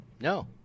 No